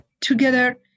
together